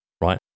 right